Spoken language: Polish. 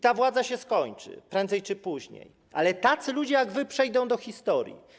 Ta władza się skończy prędzej czy później, ale tacy ludzie jak wy przejdą do historii.